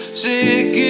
sick